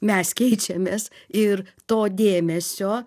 mes keičiamės ir to dėmesio